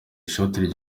ishoti